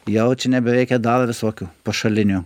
jau čia nebereikia dar visokių pašalinių